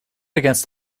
against